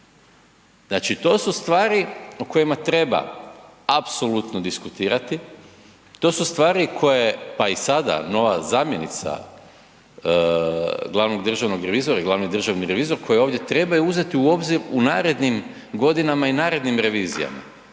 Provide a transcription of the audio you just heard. Znači to su stvari o kojima treba apsolutno diskutirati. To su stvari koje, pa i sada, nova zamjenica glavnog državnog revizora, glavni državni revizor koji ovdje trebaju uzeti u obzir u narednim godinama i narednim revizijama.